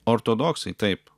ortodoksai taip